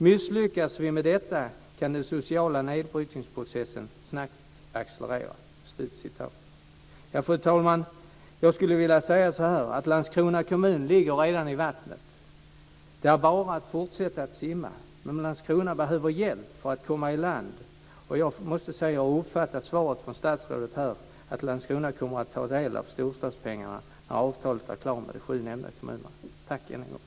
Misslyckas vi med detta kan den sociala nedbrytningsprocessen snabbt accelerera. Jag skulle vilja säga så här: Landskrona kommun ligger redan i vattnet. Det är bara att fortsätta att simma, men Landskrona behöver hjälp för att komma i land. Jag måste säga att jag uppfattar svaret från statsrådet så att Landskrona kommer att få del av storstadspengarna när avtalet är klart med de sju nämnda kommunerna. Tack än en gång!